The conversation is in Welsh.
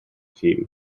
tîm